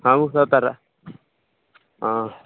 हमहुँ सभ तऽ हँ